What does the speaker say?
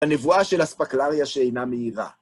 הנבואה של אספקלריה שאינה מהירה.